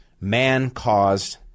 man-caused